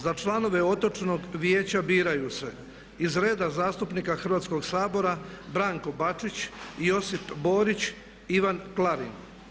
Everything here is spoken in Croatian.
Za članove Otočnog vijeća biraju se iz reda zastupnika Hrvatskoga sabora Branko Bačić, Josip Borić, Ivan Klarin.